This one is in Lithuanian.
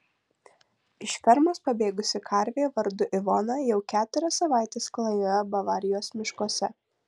iš fermos pabėgusi karvė vardu ivona jau keturias savaites klajoja bavarijos miškuose